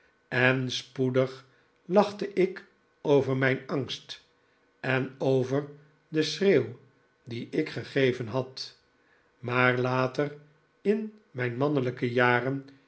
en spoedig lachte ik over mijn angst en over den schreeuw dien ik gegeven had maar later in mijn mannelijke jaren